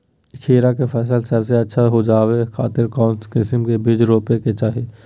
खीरा के फसल सबसे अच्छा उबजावे खातिर कौन किस्म के बीज रोपे के चाही?